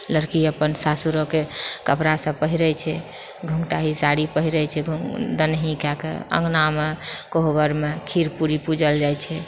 लड़की अपन सासुरके कपड़ा सभ पहिरैत छै घुँघटाहि साड़ी पहिरैत छै दहनहि कएकऽ अङ्गनामे कोहबरमे खीर पूरी पूजल जाइत छै